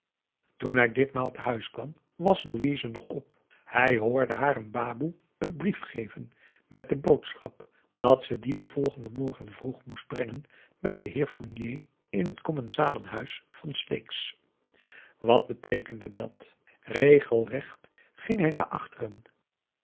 toen hij ditmaal tehuis kwam was louise nog op hij hoorde haar een baboe een brief geven met de boodschap dat ze dien den volgenden morgen vroeg moest brengen bij den heer fournier in het commensalenhuis van sleeks wat beteekende dat regelrecht ging hij naar achteren